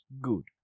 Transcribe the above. good